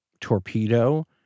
torpedo